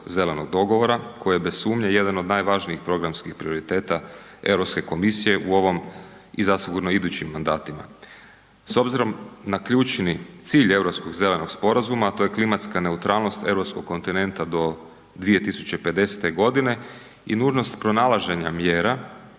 zelenog dogovora koji je bez sumnje jedan od najvažnijih programskih prioriteta Europske komisije u ovom i zasigurno idućim mandatima. S obzirom na ključni cilj Europskog zelenog sporazuma, a to je klimatska neutralnost europskog kontinenta do 2050.g. i nužnost pronalaženja mjera,